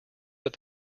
that